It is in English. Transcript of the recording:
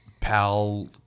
Pal